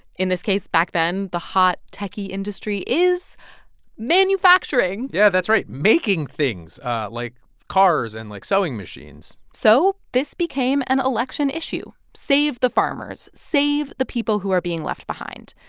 in this case, back then, the hot techie industry is manufacturing yeah, that's right, making things like cars and, like, sewing machines so this became an election issue save the farmers, save the people who are being left behind.